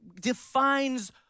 defines